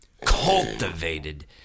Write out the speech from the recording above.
cultivated